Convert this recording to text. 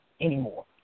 anymore